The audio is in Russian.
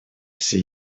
все